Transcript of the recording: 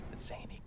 Zany